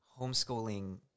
Homeschooling